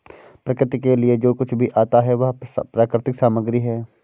प्रकृति के लिए जो कुछ भी आता है वह प्राकृतिक सामग्री है